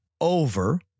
over